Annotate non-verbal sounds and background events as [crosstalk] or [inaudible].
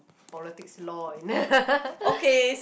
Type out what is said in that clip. politics law [laughs]